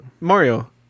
Mario